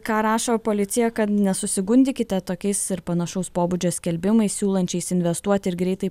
ką rašo policija kad nesusigundykite tokiais ir panašaus pobūdžio skelbimais siūlančiais investuoti ir greitai